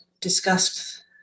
discussed